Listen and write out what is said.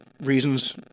reasons